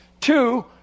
Two